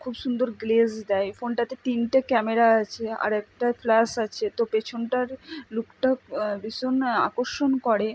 খুব সুন্দর গ্লেজ দেয় ফোনটাতে তিনটে ক্যামেরা আছে আর একটা ফ্ল্যাশ আছে তো পেছনটার লুকটা ভীষণ আকর্ষণ করে